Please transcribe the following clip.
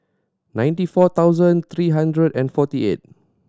ninety four thousand three hundred and forty eight